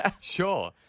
Sure